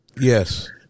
Yes